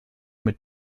mit